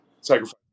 sacrifice